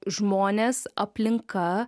žmonės aplinka